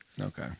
Okay